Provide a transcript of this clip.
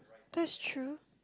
that's true